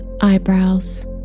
Eyebrows